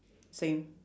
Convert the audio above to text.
same